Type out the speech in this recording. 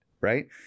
Right